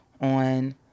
on